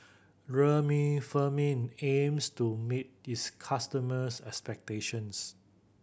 Remifemin aims to meet its customers' expectations